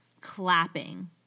Clapping